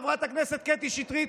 חברת הכנסת קטי שטרית,